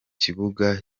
kibuga